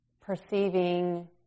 Perceiving